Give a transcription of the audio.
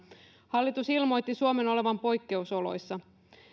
hallitus ilmoitti suomen olevan poikkeusoloissa